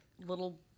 little